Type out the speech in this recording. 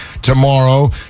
tomorrow